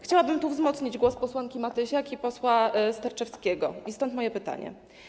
Chciałabym wzmocnić głos posłanki Matysiak i posła Sterczewskiego, stąd moje pytania.